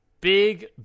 Big